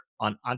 on